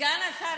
סגן השר,